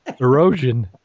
erosion